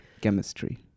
chemistry